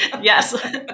yes